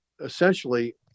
essentially